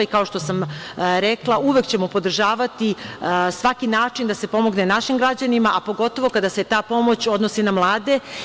I kao što sam rekla, uvek ćemo podržavati svaki način da se pomogne našim građanima, a pogotovo kada se ta pomoć odnosi na mlade.